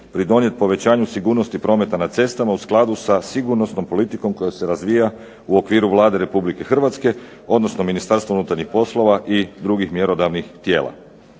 pridonijeti povećanju sigurnosti prometa na cestama u skladu sa sigurnosnom politikom koja se razvija u okviru Vlade Republike Hrvatske, odnosno Ministarstva unutarnjih poslova i drugih mjerodavnih tijela.